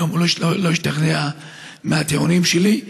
והוא לא השתכנע מהטיעונים שלי.